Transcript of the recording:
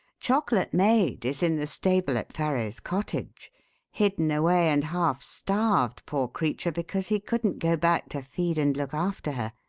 chocolate maid is in the stable at farrow's cottage hidden away and half starved, poor creature, because he couldn't go back to feed and look after her.